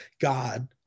God